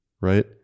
right